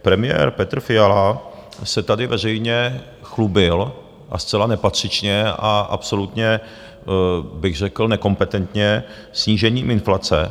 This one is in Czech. Premiér Petr Fiala se tady veřejně chlubil, a zcela nepatřičně a absolutně bych řekl nekompetentně, snížením inflace.